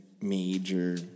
major